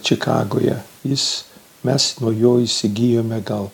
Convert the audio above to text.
čikagoje jis mes nuo jo įsigijome gal